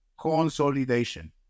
consolidation